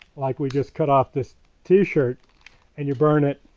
like we just cut off this t-shirt and you burn it.